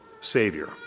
savior